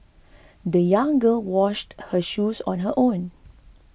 the young girl washed her shoes on her own